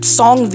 song